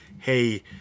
Hey